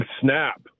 snap